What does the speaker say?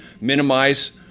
minimize